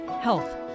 health